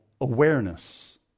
awareness